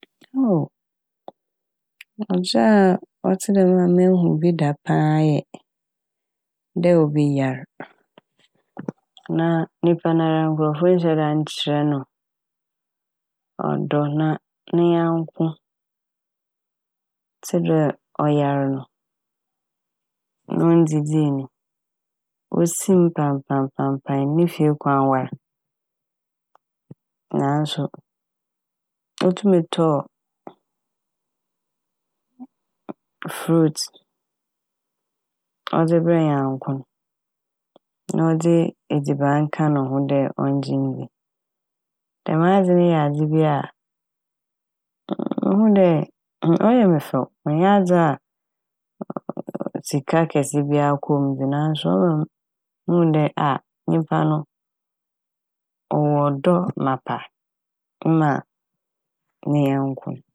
a ɔtse dɛm a mehu bi da paa yɛ dɛ obi yar na nyimpa nara nkorɔfo nnhyɛ da nnkyerɛ no ɔdɔ na ne nyanko tse dɛ ɔyar no onndzidzii no osi m' paenpaenpaen ne fie kwan war naaso otum tɔɔ "fruits" ɔdze brɛɛ nyanko n' na ɔdze edziban ka no ho dɛ ɔngye ndzi. Dɛm adze n' yɛ adze bi a muhu dɛ ɔyɛ me fɛw ɔnnyɛ adze a sika kɛse bia kɔ m' dze naaso ɔma muhu dɛ ah! Nyimpa no ɔwɔ ɔdɔ mapa mma ne nyɛnko.